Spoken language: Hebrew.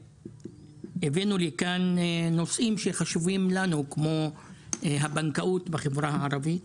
הבאנו לכאן נושאים שחשובים לנו כמו הבנקאות בחברה הערבית.